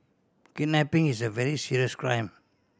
kidnapping is a very serious crime